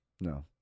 No